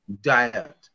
diet